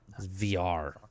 VR